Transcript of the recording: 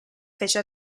fece